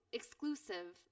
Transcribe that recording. exclusive